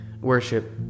worship